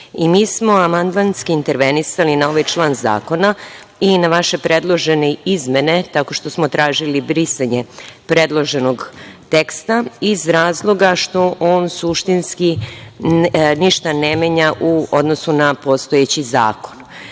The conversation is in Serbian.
smo amandmanski intervenisali na ovaj član zakona i na vaše predložene izmene, tako što smo tražili brisanje predloženog teksta iz razloga što on suštinski ništa ne menja u odnosu na postojeći zakon. Naime,